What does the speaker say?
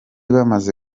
bamaze